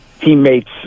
teammates